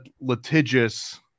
litigious